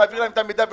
להעביר להם את המידע,